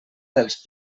dels